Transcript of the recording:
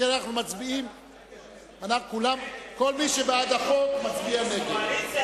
כל מי שבעד החוק, מצביע נגד.